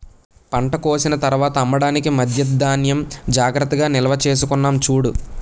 పంట కోసిన తర్వాత అమ్మడానికి మధ్యా ధాన్యం జాగ్రత్తగా నిల్వచేసుకున్నాం చూడు